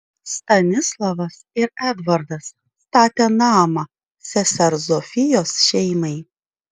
stanislavas ir edvardas statė namą sesers zofijos šeimai